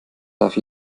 darf